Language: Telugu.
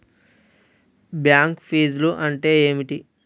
బ్యాంక్ ఫీజ్లు అంటే ఏమిటి?